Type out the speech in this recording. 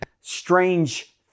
strange